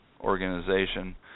organization